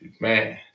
man